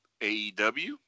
AEW